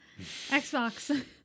Xbox